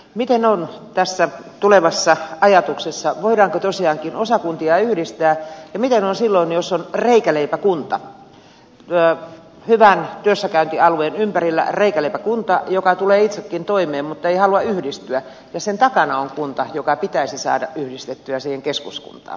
miten on tässä tulevassa ajatuksessa voidaanko tosiaankin osakuntia yhdistää ja miten on silloin jos on reikäleipäkunta hyvän työssäkäyntialueen ympärillä reikäleipäkunta joka tulee itsekin toimeen mutta ei halua yhdistyä ja sen takana on kunta joka pitäisi saada yhdistettyä siihen keskuskuntaan